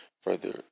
further